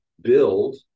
build